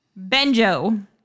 Benjo